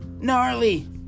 Gnarly